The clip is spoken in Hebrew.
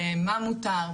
למה מותר,